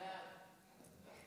בעד.